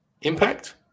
Impact